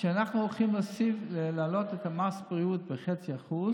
שאנחנו הולכים להעלות את מס הבריאות ב-0.5%